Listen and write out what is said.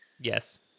Yes